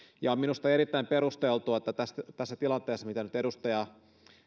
ja on minusta erittäin perusteltua että tässä tilanteessa edustaja